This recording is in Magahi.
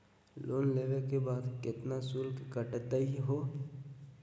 लोन लेवे के बाद केतना शुल्क कटतही हो?